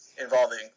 involving